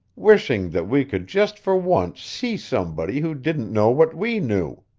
wishing that we could just for once see somebody who didn't know what we knew.